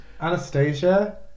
Anastasia